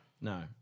No